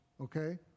okay